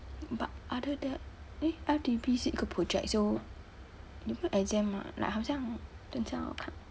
but other that eh L_T_B 是一个 project so 你不要 exam 吗 like 好像